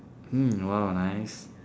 mm !wow! nice